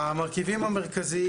המרכיבים המרכזיים